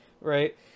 right